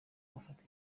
bafata